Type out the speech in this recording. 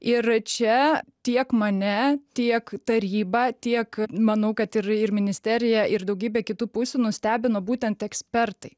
ir čia tiek mane tiek tarybą tiek manau kad ir ir ministeriją ir daugybę kitų pusių nustebino būtent ekspertai